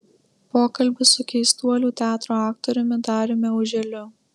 pokalbis su keistuolių teatro aktoriumi dariumi auželiu